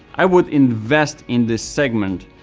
i would invest in this segment,